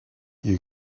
you